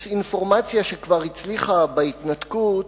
דיסאינפורמציה שכבר הצליחה בהתנתקות,